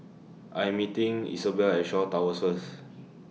I'm meeting Isobel At Shaw Towers First